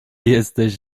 jesteś